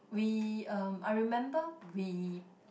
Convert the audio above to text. we um I remember we